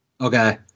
Okay